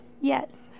Yes